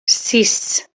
sis